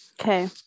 Okay